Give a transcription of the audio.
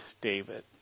David